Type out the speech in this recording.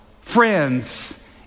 friends